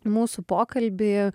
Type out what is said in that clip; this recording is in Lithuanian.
mūsų pokalbį